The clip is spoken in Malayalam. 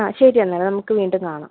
ആ ശരിയെന്നാൽ നമുക്ക് വീണ്ടും കാണാം